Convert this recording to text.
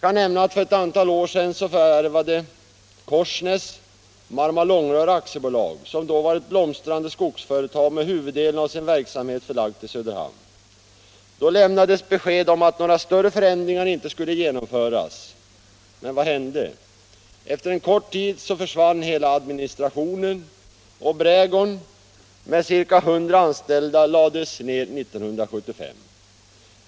Korsnäs förvärvade för ett antal år sedan Marma-Långrörs AB, som då var ett blomstrande skogsföretag med huvuddelen av sin verksamhet förlagd till Söderhamn. Då lämnades besked om att några större förändringar inte skulle genomföras. Men vad hände? Efter en kort tid försvann hela administrationen, och brädgården med ca 100 anställda lades ner år 1975.